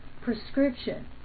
prescription